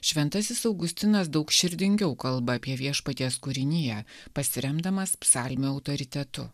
šventasis augustinas daug širdingiau kalba apie viešpaties kūriniją pasiremdamas psalmių autoritetu